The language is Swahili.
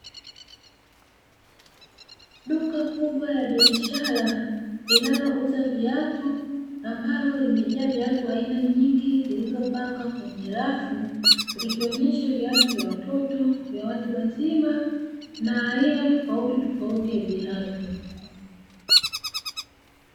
Duka kubwa la biashara linalouza viatu ambalo limejaa viatu aina nyingi, zilizopangwa kwenye safu likionyesha viatu vya watoto, watu wazima na aina tofauti tofauti ya viatu.